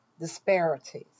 disparities